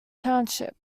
township